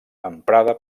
emprada